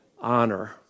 honor